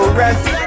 rest